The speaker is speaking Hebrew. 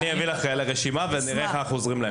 אני אעביר לך רשימה ונראה איך אנחנו עוזרים להם.